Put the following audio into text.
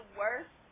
worst